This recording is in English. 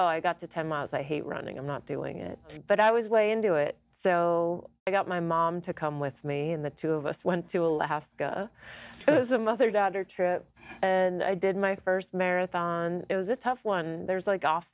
oh i got to ten miles i hate running i'm not doing it but i was way into it so i got my mom to come with me and the two of us went to alaska it was a mother daughter trip and i did my first marathon it was a tough one there's like off